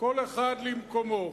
כל אחד למקומו.